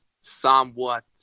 somewhat